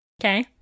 Okay